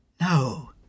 No